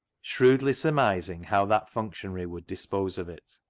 shrewdly surmising how that functionary would dispose of it,